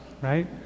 right